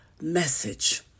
message